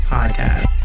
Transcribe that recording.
Podcast